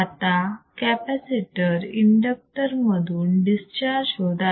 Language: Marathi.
आता कॅपॅसिटर इंडक्टर मधून डिस्चार्ज होत आहे